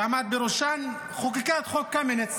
שעמד בראשה, חוקקה את חוק קמיניץ,